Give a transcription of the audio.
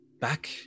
back